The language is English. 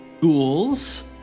ghouls